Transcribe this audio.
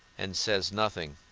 and says nothing